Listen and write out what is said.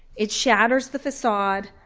it shatters the facade.